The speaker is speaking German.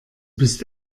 bist